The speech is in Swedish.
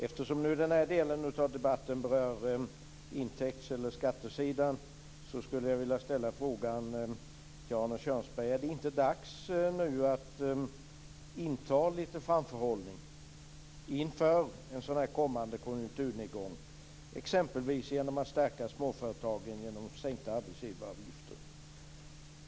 Eftersom den här delen av debatten berör skattesidan vill jag ställa frågan till Arne Kjörnsberg: Är det nu inte dags att inta lite framförhållning inför en kommande konjunkturnedgång, t.ex. genom att stärka företagen med hjälp av sänkta arbetsgivaravgifter?